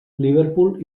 liverpool